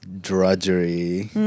drudgery